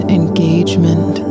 engagement